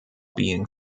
being